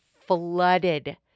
flooded